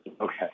Okay